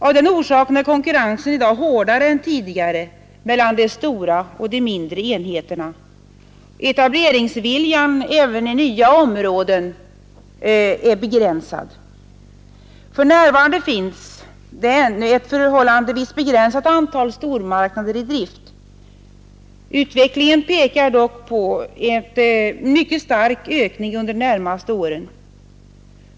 Av den orsaken är konkurrensen i dag hårdare än tidigare mellan de stora och de mindre enheterna. Etableringsviljan även i nya områden är begränsad. Ännu är antalet stormarknader i drift förhållandevis begränsat. Utvecklingen pekar dock på en mycket stark ökning under de närmaste åren.